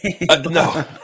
no